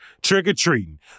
trick-or-treating